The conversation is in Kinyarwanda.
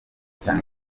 cyane